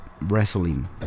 wrestling